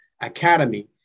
Academy